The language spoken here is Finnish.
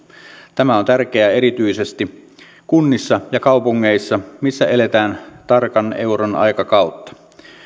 tämä on tärkeää erityisesti kunnissa ja kaupungeissa missä eletään tarkan euron aikakautta